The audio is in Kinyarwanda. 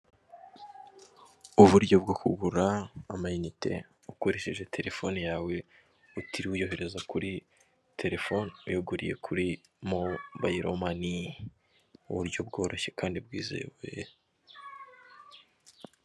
Uburyo bwo kugura amayinite, ukoresheje telefone yawe utiriwe uyohereza kuri telefone, uyiguriye kuri Mobile Money, ni uburyo bworoshye kandi bwizewe.